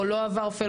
או לא עבר fellow,